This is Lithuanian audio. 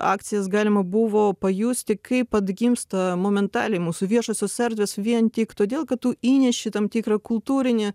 akcijas galima buvo pajusti kaip atgimsta momentaliai mūsų viešosios erdvės vien tik todėl kad tu įneši tam tikrą kultūrinį